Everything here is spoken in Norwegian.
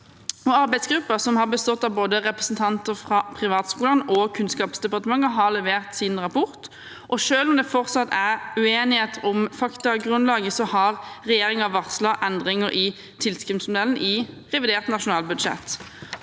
Arbeidsgruppen, som har bestått av representanter fra både privatskolene og Kunnskapsdepartementet, har levert sin rapport. Selv om det fortsatt er uenigheter om faktagrunnlaget, har regjeringen varslet endringer i tilskuddsmodellen i revidert nasjonalbudsjett.